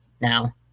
now